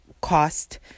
cost